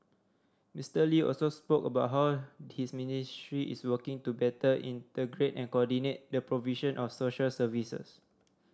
Mister Lee also spoke about how his ministry is working to better integrate and coordinate the provision of social services